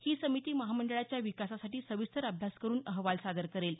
ही समिती महामंडळाच्या विकासासाठी सविस्तर अभ्यास करून अहवाल सादर करेल